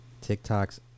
TikTok's